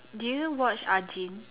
do you watch Ajin